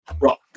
rock